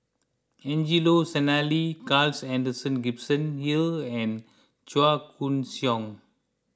Angelo Sanelli Carl Alexander Gibson Hill and Chua Koon Siong